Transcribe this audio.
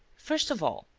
first of all,